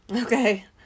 okay